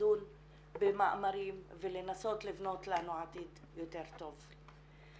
ולדון במאמרים ולנסות לבנות לנו עתיד יותר טוב.